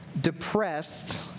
depressed